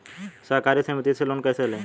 सहकारी समिति से लोन कैसे लें?